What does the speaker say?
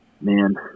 Man